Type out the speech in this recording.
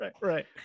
Right